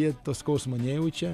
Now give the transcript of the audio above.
jie to skausmo nejaučia